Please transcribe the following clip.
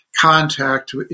contact